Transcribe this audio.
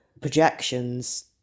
projections